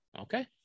okay